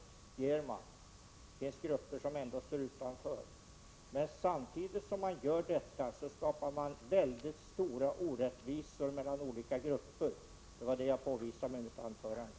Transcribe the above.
Det finns alltså grupper som står utanför. Samtidigt skapar man emellertid mycket stora orättvisor mellan olika grupper. Det var detta jag påvisade i mitt anförande.